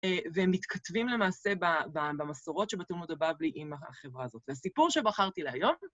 ומתכתבים למעשה במסורות שבתלמוד הבבלי עם החברה הזאת. והסיפור שבחרתי להיום...